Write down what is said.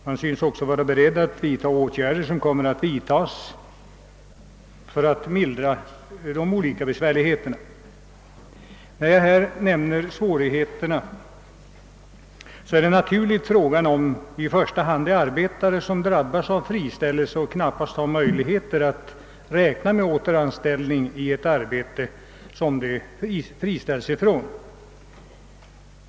Man synes också vara beredd att vidta åtgärder för att mildra de olika besvärligheterna. När jag nämner svårigheterna tänker jag naturligtvis i första hand på de arbetare som drabbas av friställning och knappast har möjlighet att räkna med återanställning i det arbete de måste lämna.